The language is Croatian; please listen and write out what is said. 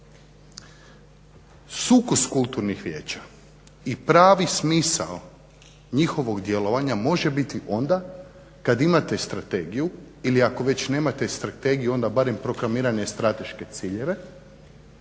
Sukus kulturnih vijeća i pravi smisao njihovog djelovanja može biti onda kad imate strategiju ili kad nemate strategiju onda barem proklamiranje strateške ciljeve